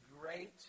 great